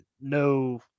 no